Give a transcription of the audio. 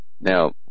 Now